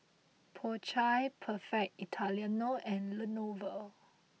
Po Chai Perfect Italiano and Lenovo